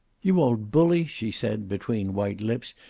you old bully! she said, between white lips.